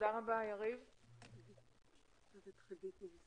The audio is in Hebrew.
פריפריה ונגב.